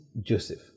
joseph